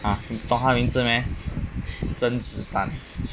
你懂他名字 meh 甄子丹